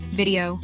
video